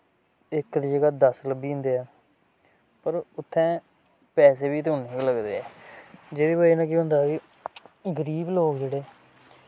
इक दी जगह दस लब्बी जंदे ऐ पर उत्थै पैसे बी ते उन्ने गै लगदे ऐ जेह्दी वजह नै केह् होंदा ऐ कि गरीब लोक जेह्ड़े